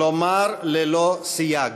לומר ללא סייג: